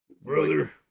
Brother